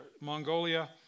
Mongolia